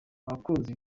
abakunzi